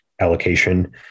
allocation